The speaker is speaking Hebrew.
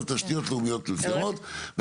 על תשתיות לאומיות מסוימות.